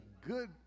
good